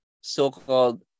so-called